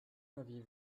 m’aviez